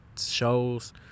shows